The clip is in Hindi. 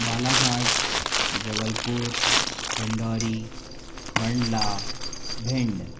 बालाघाट जबलपुर डिंडोरी मंडला भिंड